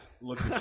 Look